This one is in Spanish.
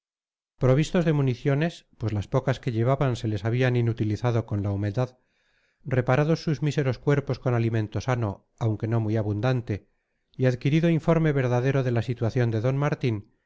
provistos de municiones pues las pocas que llevaban se les habían inutilizado con la humedad reparados sus míseros cuerpos con alimento sano aunque no muy abundante y adquirido informe verdadero de la situación de d martín